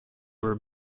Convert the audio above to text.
were